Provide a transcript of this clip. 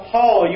Paul